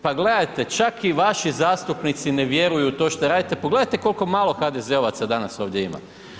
Pa gledajte čak i vaši zastupnici ne vjeruju to što radite, pogledajte koliko malo HDZ-ovaca danas ovdje ima.